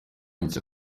nshya